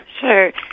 Sure